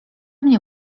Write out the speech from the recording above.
mnie